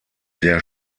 der